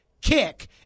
kick